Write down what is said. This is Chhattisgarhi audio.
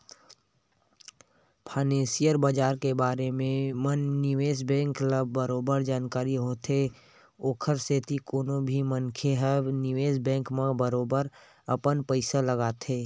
फानेंसियल बजार के बारे म निवेस बेंक ल बरोबर जानकारी होथे ओखर सेती कोनो भी मनखे ह निवेस बेंक म बरोबर अपन पइसा लगाथे